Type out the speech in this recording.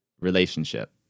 relationship